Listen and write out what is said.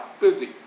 busy